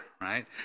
right